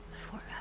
forever